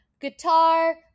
guitar